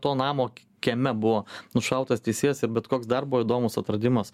to namo kieme buvo nušautas teisėjas ir bet koks dar buvo įdomus atradimas